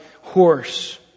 horse